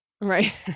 Right